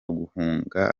guhunga